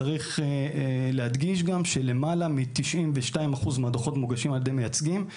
צריך להדגיש שלמעלה מ-92% מהדוחות מוגשים על ידי מייצגים,